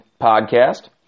podcast